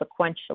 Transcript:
sequentially